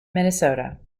minnesota